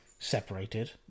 separated